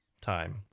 time